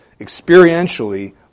experientially